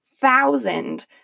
thousand